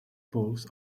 poles